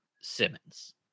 Simmons